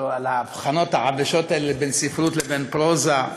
ההבחנות העבשות האלה בין ספרות לבין פרוזה.